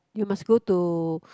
you must go to